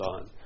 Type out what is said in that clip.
on